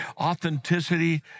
authenticity